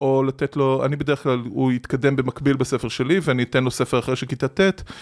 או לתת לו, אני בדרך כלל, הוא יתקדם במקביל בספר שלי ואני אתן לו ספר אחרי של כיתה ט.